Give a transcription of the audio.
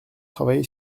travaillé